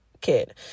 kid